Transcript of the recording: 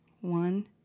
One